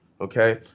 okay